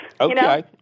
Okay